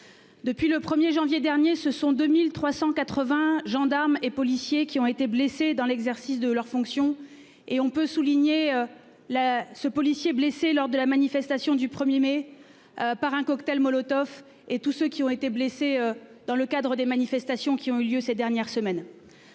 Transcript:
Depuis le 1er janvier dernier, ce sont 2380 gendarmes et policiers qui ont été blessés dans l'exercice de leurs fonctions. Et on peut souligner la ce policier blessé lors de la manifestation du 1er mai. Par un cocktail Molotov et tous ceux qui ont été blessés dans le cadre des manifestations qui ont eu lieu ces dernières semaines.